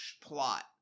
plot